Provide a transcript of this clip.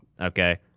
okay